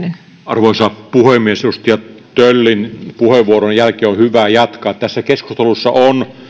arvoisa puhemies edustaja töllin puheenvuoron jälkeen on hyvä jatkaa tässä keskustelussa on